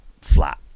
flat